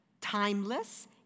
timeless